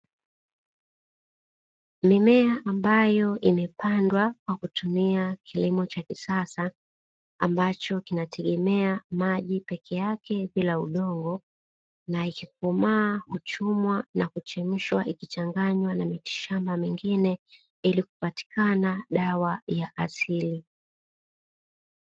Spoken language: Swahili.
Mimea ambayo imepandwa kwa kutumia kilimo cha kisasa kinachotegemea maji peke yake bila udongo, na ikikomaa huchumwa na kuchemshwa ikichanganywa na miti shamba mingine ili kupatikana dawa ya asili.